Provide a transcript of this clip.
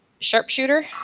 sharpshooter